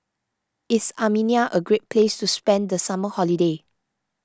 is Armenia a great place to spend the summer holiday